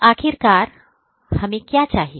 आखिरकार हमें क्या चाहिए